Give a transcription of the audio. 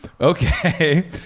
Okay